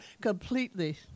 completely